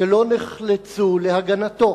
שלא נחלצו להגנתו.